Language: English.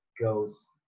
goes